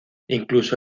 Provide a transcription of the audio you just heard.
incluso